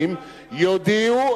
מסוים נותנים לך קרדיטים יותר או, תודיע,